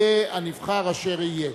יהיה הנבחר אשר יהיה.